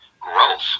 growth